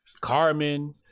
Carmen